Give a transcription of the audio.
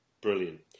brilliant